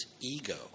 ego